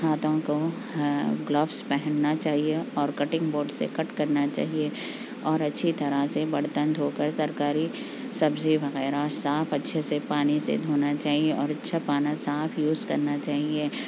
ہاتھوں کو گلوس پہننا چاہیے اور کٹنگ بوڈ سے کٹ کرنا چاہیے اور اچھی طرح سے برتن دھو کر ترکاری سبزی وغیرہ صاف اچھے سے پانی سے دھونا چاہیے اور اچھا پانا صاف یوز کرنا چاہیے